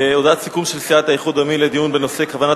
הודעת סיכום של סיעת האיחוד הלאומי לדיון בנושא כוונת